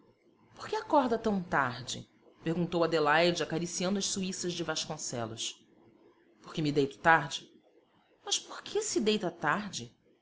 por que acorda tão tarde perguntou adelaide acariciando as suíças de vasconcelos porque me deito tarde mas por que se deita tarde